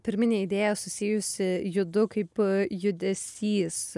pirminė idėja susijusi judu kaip judesys